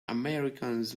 americans